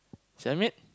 sell maid